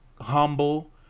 humble